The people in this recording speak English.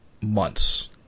months